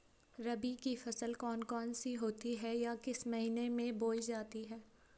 रबी की फसल कौन कौन सी होती हैं या किस महीने में बोई जाती हैं?